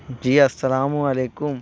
جی السلام علیکم